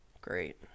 Great